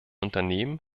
unternehmen